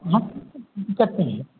न कोई चीज़ की दिक्कत नहीं है